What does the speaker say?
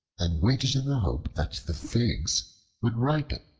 and waited in the hope that the figs would ripen.